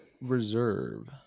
Reserve